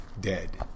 dead